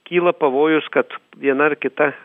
kyla pavojus kad viena ar kita